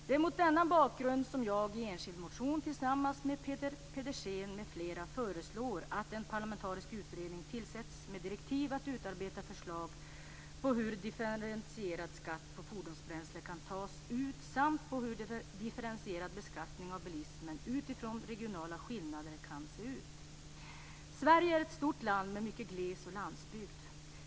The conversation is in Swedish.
Det är mot denna bakgrund som jag i en enskild motion tillsammans med Peter Pedersen m.fl. föreslår att en parlamentarisk utredning tillsätts med direktiv att utarbeta förslag på hur differentierad skatt på fordonsbränsle kan tas ut, samt på hur differentierad beskattning av bilismen utifrån regionala skillnader kan se ut. Sverige är ett stort land med mycket gles och landsbygd.